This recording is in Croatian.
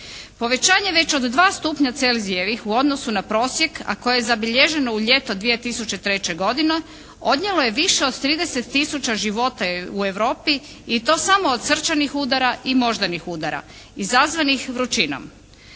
Povećanje već od 2oC u odnosu na prosjek, a koje je zabilježeno u ljeto 2003. godine, odnijelo je više od 30 tisuća života u Europi i to samo od srčanih udara i moždanih udara izazvanih vrućinom.